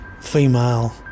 female